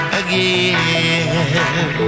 again